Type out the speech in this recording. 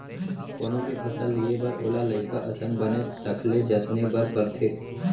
कोनो भी फसल लिये बर ओला लइका असन बनेच सखले जतने बर परथे